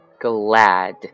Glad